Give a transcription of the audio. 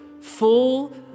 full